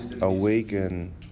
awaken